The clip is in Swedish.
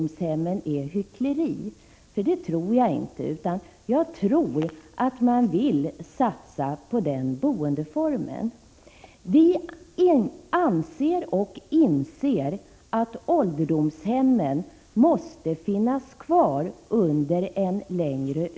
Vi kan konstatera att dessa uppmaningar inte haft någon effekt. Hur länge skall orättvisorna fortgå? Det finns fler orättvisor än skillnaderna mellan kommunerna i hemtjänsttaxorna.